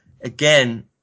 again